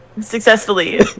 successfully